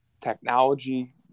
technology